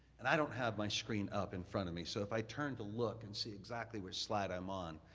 and i don't have my screen up in front of me, so if i turn to look and see exactly which slide i'm on,